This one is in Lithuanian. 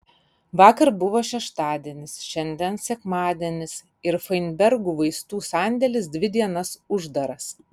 vakar buvo šeštadienis šiandien sekmadienis ir fainbergų vaistų sandėlis dvi dienas uždaras